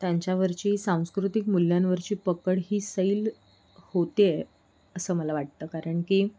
त्यांच्यावरची सांस्कृतिक मूल्यांवरची पकड ही सैल होते आहे असं मला वाटतं कारण की